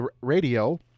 radio